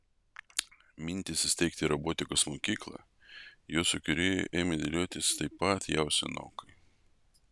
mintys įsteigti robotikos mokyklą jos įkūrėjui ėmė dėliotis taip pat jau senokai